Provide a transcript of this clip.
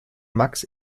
max